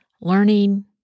learning